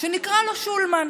שנקרא לו שולמן.